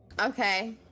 Okay